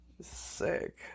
Sick